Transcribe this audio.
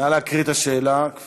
נא להקריא את השאלה.